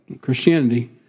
Christianity